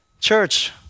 Church